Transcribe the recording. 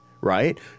right